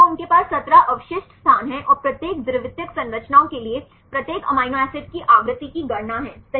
तो उनके पास 17 अवशिष्ट स्थान हैं और प्रत्येक द्वितीयक संरचनाओं के लिए प्रत्येक अमीनो एसिड की आवृत्ति की गणना है सही